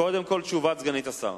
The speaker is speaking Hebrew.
קודם כול, תשובת סגנית השר.